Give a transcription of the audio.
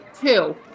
Two